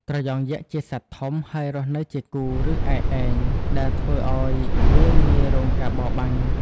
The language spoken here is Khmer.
ត្រយងយក្សជាសត្វធំ ហើយរស់នៅជាគូ ឬឯកឯង ដែលធ្វើឲ្យវាងាយរងការបរបាញ់។